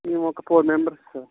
మేము ఒక four members sir